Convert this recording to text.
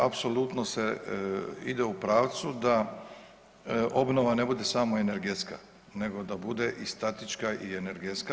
Apsolutno se ide u pravcu da obnova ne bude samo energetska, nego da bude i statička i energetska.